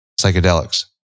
psychedelics